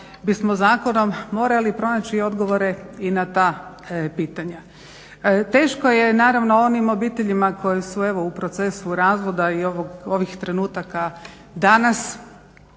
bismo zakonom morali pronaći odgovore i na ta pitanja. Teško je naravno onim obiteljima koje su evo u procesu razvoda i ovih trenutaka danas